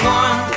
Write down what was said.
one